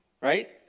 Right